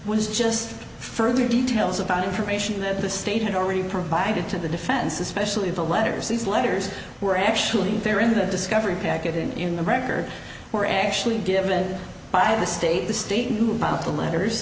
was just further details about information that the state had already provided to the defense especially the letters these letters were actually there in the discovery packet in the records were actually given by the state the state knew about the letters